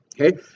okay